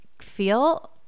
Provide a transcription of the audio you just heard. feel